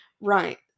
Right